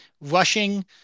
Rushing